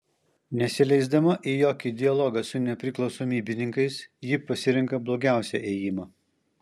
nesileisdama į jokį dialogą su nepriklausomybininkais ji pasirenka blogiausią ėjimą